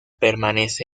permanece